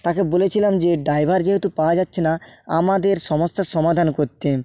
তাকে বলেছিলাম যে ড্রাইভার যেহেতু পাওয়া যাচ্ছে না আমাদের সমস্যরা সমাধান করতে